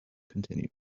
continued